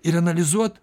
ir analizuot